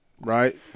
right